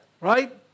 Right